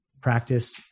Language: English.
practice